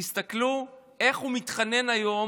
תסתכלו איך הוא מתחנן היום